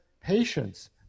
patients